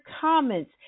comments